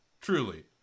truly